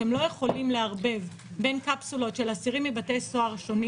אתם לא יכולים לערבב בין קפסולות של אסירים מבתי סוהר שונים